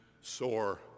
sore